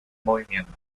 movimiento